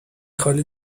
خالی